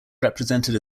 represented